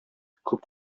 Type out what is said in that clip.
күп